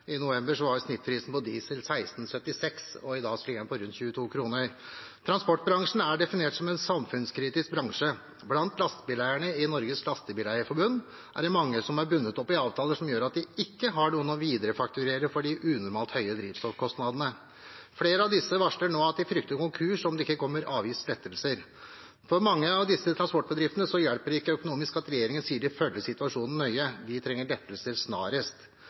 I november var snittprisen på diesel 16,76 kr, og i dag ligger den på rundt 22 kr. Transportbransjen er definert som en samfunnskritisk bransje. Blant lastebileierne i Norges Lastebileier-Forbund er det mange som er bundet opp i avtaler som gjør at de ikke har noen å viderefakturere for de unormalt høye drivstoffkostnadene. Flere av disse varsler nå at de frykter konkurs om det ikke kommer avgiftslettelser. For mange av transportbedriftene hjelper det ikke økonomisk at regjeringen sier de følger situasjonen nøye. De trenger lettelser snarest.